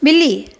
ॿिली